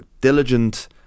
diligent